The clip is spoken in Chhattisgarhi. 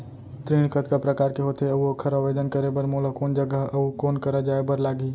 ऋण कतका प्रकार के होथे अऊ ओखर आवेदन करे बर मोला कोन जगह अऊ कोन करा जाए बर लागही?